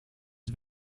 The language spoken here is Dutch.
het